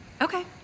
Okay